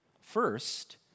first